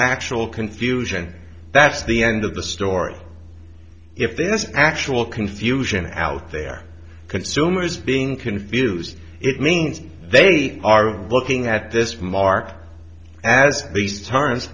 actual confusion that's the end of the story if this actual confusion out there consumers being confused it means they are looking at this remark as these t